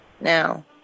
now